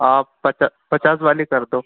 आप पचा पचास वाली कर दो